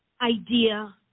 idea